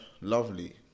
Lovely